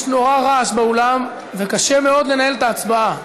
יש נורא רעש באולם וקשה מאוד לנהל את ההצבעה.